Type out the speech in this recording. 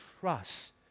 trust